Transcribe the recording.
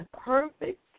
perfect